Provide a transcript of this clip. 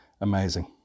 amazing